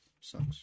sucks